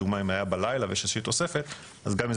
לדוגמה אם היה בלילה ויש איזה שהיא תוספת אז גם אם